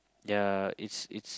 ya it's it's